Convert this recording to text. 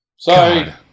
Sorry